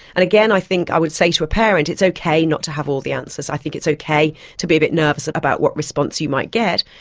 and again, i think i would say to a parent, it's okay not to have all the answers, i think it's okay to be a bit nervous about what response you might get.